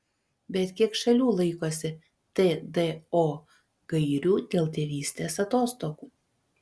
bet kiek šalių laikosi tdo gairių dėl tėvystės atostogų